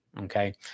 okay